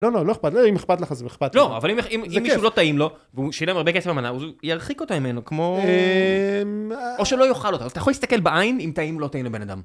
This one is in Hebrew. לא, לא, לא אכפת, לא אם אכפת לך זה אכפת לך. לא, אבל אם מישהו לא טעים לו, והוא שילם הרבה כסף למנה, הוא ירחיק אותה ממנו, כמו... או שלא יאכל אותה, אז אתה יכול להסתכל בעין אם טעים או לא טעים לבן אדם.